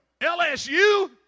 LSU